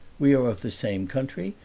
we are of the same country,